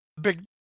big